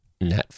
Netflix